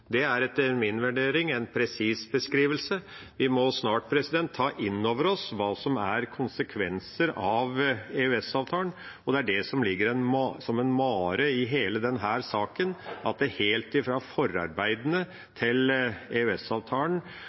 Det er etter min vurdering en presis beskrivelse. Vi må snart ta inn over oss hva som er konsekvenser av EØS-avtalen. Det er det som ligger som en mare i hele denne saken, at det helt fra forarbeidene til